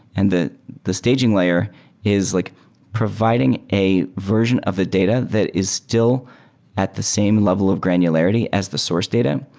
and the the staging layer is like providing a version of a data that is still at the same level of granularity as the source data,